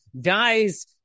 dies